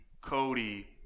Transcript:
Cody